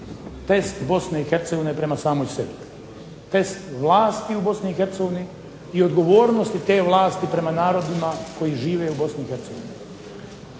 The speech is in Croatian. test Bosne i Hercegovine prema samoj sebi, test vlasti u Bosni i Hercegovini i odgovornosti te vlasti prema narodima koji žive u Bosni i Hercegovini.